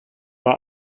bei